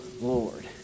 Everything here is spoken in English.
Lord